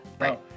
Right